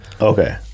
Okay